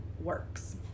works